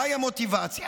מהי המוטיבציה?